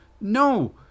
No